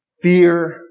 fear